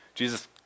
Jesus